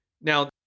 Now